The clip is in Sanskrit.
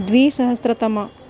द्विसहस्रतमं